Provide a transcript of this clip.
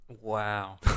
Wow